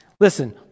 Listen